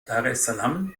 daressalam